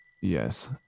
Yes